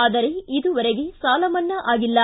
ಆದರೆ ಇದುವರೆಗೆ ಸಾಲಮನ್ನಾ ಆಗಿಲ್ಲ